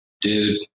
dude